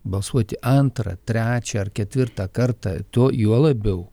balsuoti antrą trečią ar ketvirtą kartą to juo labiau